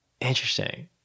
interesting